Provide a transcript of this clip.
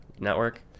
network